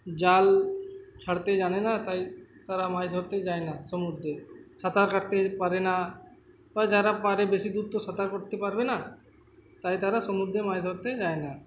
জাল ছাড়তে জানে না তাই তারা মাছ ধরতে যায় না সমুদ্রে সাঁতার কাটতে পারে না বা যারা পারে বেশি দূর তো সাঁতার করতে পারবে না তাই তারা সমুদ্রে মাছ ধরতে যায় না